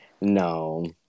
No